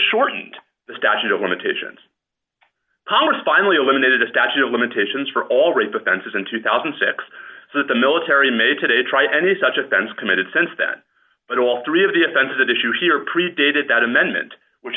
shortened the statute of limitations congress finally eliminated a statute of limitations for all rape offenses in two thousand and six so that the military may today try any such offense committed since that but all three of the events that issue here predated that amendment which